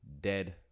dead